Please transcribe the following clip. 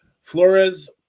Flores